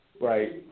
Right